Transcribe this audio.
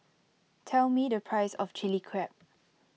tell me the price of Chilli Crab